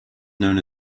known